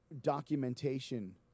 documentation